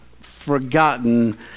forgotten